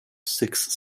six